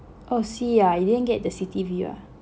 oh sea ah you didn't get the city view ah